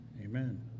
amen